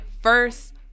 first